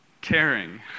caring